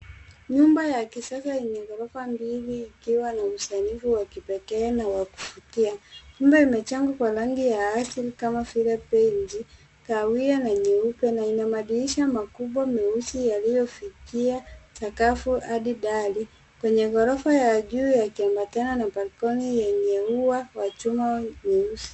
Nyumba ya kisasa enye ghorofa mbili ikiwa na usanifu wa kipekee na wa kuvutia. Nyumba imejengwa kwa rangi ya asili kama vile beji, kahawia na nyeupe na ina madirisha makubwa meusi yaliyofikia sakafu hadi dari. Kwenye ghorofa ya juu yakiambatana na Balcony enye ua wa chuma nyeusi.